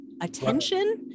attention